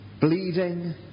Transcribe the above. bleeding